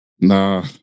nah